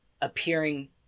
appearing